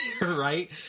Right